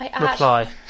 Reply